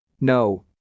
no